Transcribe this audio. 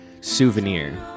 Souvenir